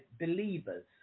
believers